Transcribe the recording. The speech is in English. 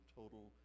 total